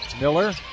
Miller